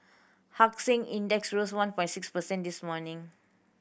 Hang Seng Index rose on point six percent this morning